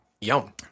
Yum